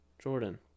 Jordan